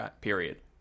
period